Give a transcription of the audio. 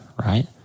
right